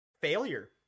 Failure